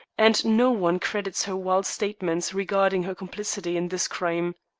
and no one credits her wild statements regarding her complicity in this crime.